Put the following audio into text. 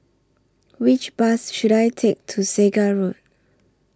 Which Bus should I Take to Segar Road